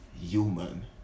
human